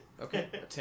Okay